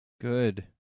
Good